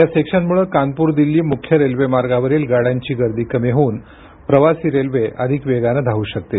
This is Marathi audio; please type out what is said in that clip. या सेक्शनमुळे कानपूर दिल्ली मुख्य रेल्वेमार्गावरील गाड्यांची गर्दी कमी होऊन प्रवासी रेल्वे अधिक वेगाने धावू शकतील